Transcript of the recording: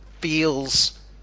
feels